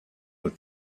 with